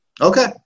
Okay